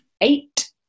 eight